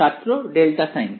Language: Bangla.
ছাত্র ডেল্টা সাইন